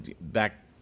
back